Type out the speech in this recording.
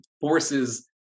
forces